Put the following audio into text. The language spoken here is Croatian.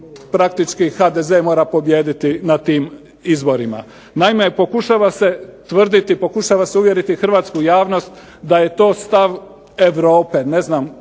praktički HDZ mora pobijediti na tim izborima. Naime, pokušava se tvrditi, pokušava se uvjeriti hrvatsku javnost da je to stav Europe,